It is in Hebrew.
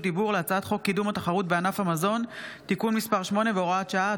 דיבור להצעת חוק קידום התחרות בענף המזון (תיקון מס' 8 והוראת שעה),